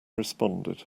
responded